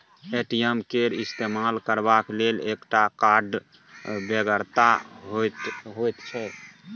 ATM केर इस्तेमाल करबाक लेल एकटा कार्डक बेगरता होइत छै